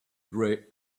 grey